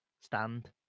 stand